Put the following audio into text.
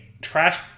trash